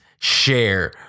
share